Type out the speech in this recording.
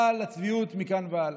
אבל הצביעות מכאן והלאה.